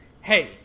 Hey